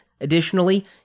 Additionally